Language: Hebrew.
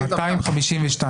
שניים